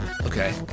Okay